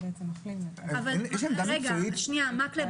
זה לא קשור לכאן.